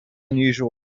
unusual